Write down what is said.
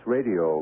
Radio